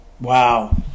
Wow